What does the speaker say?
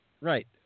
right